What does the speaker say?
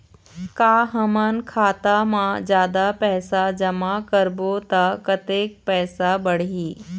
का हमन खाता मा जादा पैसा जमा करबो ता कतेक पैसा बढ़ही?